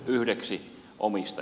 ettekö mene